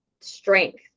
strength